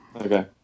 Okay